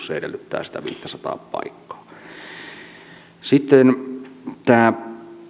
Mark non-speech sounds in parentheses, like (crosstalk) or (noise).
(unintelligible) se edellyttää sitä viittäsataa paikkaa sitten tämä